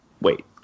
wait